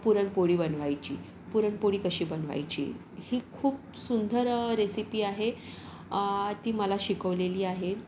पुरणपोळी बनवायची पुरणपोळी कशी बनवायची ही खूप सुंदर रेसिपी आहे ती मला शिकवलेली आहे